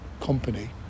company